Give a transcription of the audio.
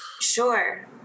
Sure